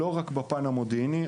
ולא רק בפן המודיעיני.